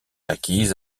acquise